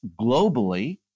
globally